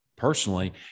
Personally